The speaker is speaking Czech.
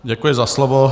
Děkuji za slovo.